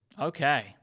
Okay